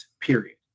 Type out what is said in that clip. period